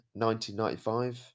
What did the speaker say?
1995